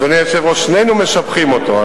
אדוני היושב-ראש, שנינו משבחים אותו.